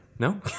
No